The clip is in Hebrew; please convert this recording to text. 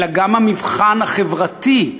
אלא גם המבחן חברתי,